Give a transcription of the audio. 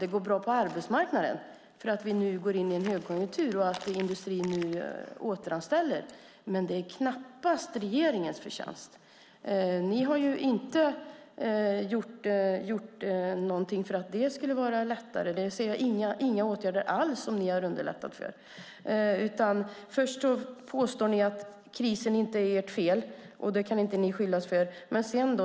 Det går bra på arbetsmarknaden för att vi nu går in i en högkonjunktur och industrin återanställer, men det är knappast regeringens förtjänst. Ni har inte gjort någonting för att underlätta. Jag ser inga sådana åtgärder alls. Ni påstår att krisen inte är ert fel och att ni inte kan skyllas för den.